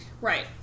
Right